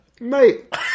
Mate